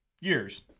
years